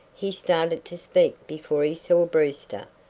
he started to speak before he saw brewster,